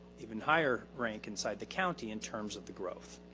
even higher rank inside the county in terms of the growth.